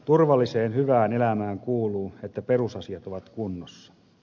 turvalliseen hyvään elämään kuuluu että perusasiat ovat kunnossa